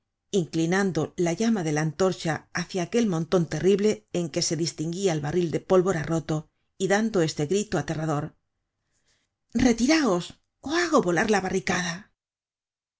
inclinando la llama de la antorcha hacia aquel monton terrible en que se distinguia el barril de pólvora roto y dando este grito aterrador retiraos ó hago volar la barricada